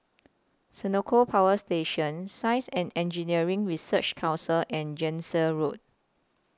Senoko Power Station Science and Engineering Research Council and Jansen Road